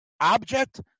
object